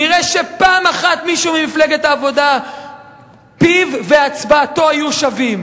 נראה שפעם אחת מישהו ממפלגת העבודה פיו והצבעתו יהיו שווים.